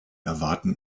erwarten